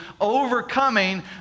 overcoming